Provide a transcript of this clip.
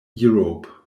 europe